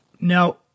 Now